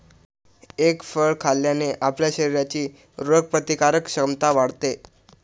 egg फळ खाल्ल्याने आपल्या शरीराची रोगप्रतिकारक क्षमता वाढते